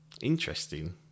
Interesting